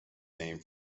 name